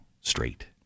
straight